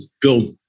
build